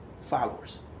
followers